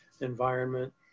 environment